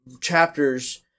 chapters